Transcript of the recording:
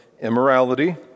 immorality